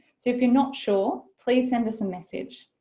so if you're not sure, please send us a message.